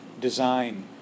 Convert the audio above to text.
design